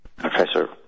Professor